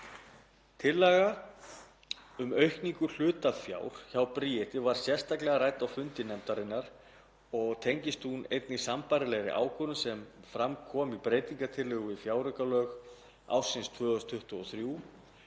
Tillaga um aukningu hlutafjár hjá Bríeti var sérstaklega rædd á fundum nefndarinnar og tengist hún einnig sambærilegri ákvörðun sem fram kom í breytingartillögu við fjáraukalög ársins 2023